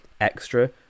extra